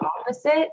opposite